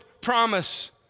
promise